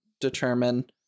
determine